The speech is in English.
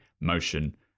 motion